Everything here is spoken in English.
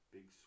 Big